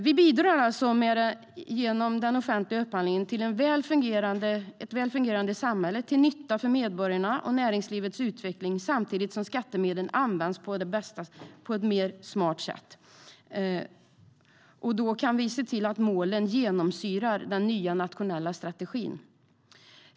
Vi bidrar alltså genom den offentliga upphandlingen till ett väl fungerande samhälle, till nytta för medborgarna och näringslivets utveckling, samtidigt som skattemedlen används på ett mer smart sätt. Och då kan vi se till att målen genomsyrar den nya nationella strategin.